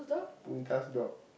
Punitha's dog